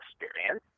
experience